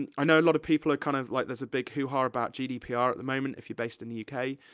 and i know a lot of people are kind of, like, there's a big hoo-ha about gdpr at the moment, if you're based in the uk.